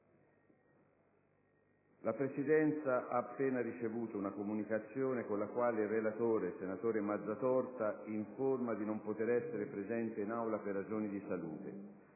La Presidenza ha appena ricevuto una comunicazione con la quale uno dei due relatori, il senatore Mazzatorta, informa di non poter essere presente in Aula per ragioni di salute.